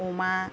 अमा